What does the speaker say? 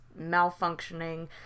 malfunctioning